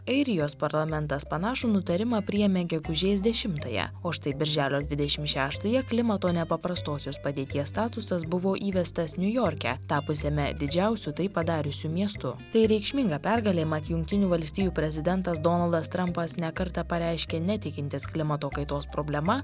airijos parlamentas panašų nutarimą priėmė gegužės dešimtąją o štai birželio dvidešim šeštąją klimato nepaprastosios padėties statusas buvo įvestas niujorke tapusiame didžiausiu tai padariusiu miestu tai reikšminga pergalė mat jungtinių valstijų prezidentas donaldas trampas ne kartą pareiškė netikintis klimato kaitos problema